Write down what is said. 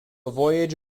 voyage